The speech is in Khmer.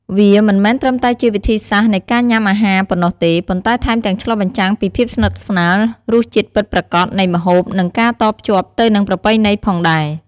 វាមិនមែនត្រឹមតែជាវិធីសាស្រ្តនៃការញ៉ាំអាហារប៉ុណ្ណោះទេ ប៉ុន្តែថែមទាំងឆ្លុះបញ្ចាំងពីភាពស្និទ្ធស្នាល រសជាតិពិតប្រាកដនៃម្ហូប និងការតភ្ជាប់ទៅនឹងប្រពៃណីផងដែរ។